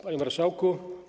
Panie Marszałku!